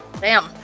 bam